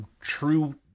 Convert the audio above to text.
true